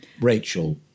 Rachel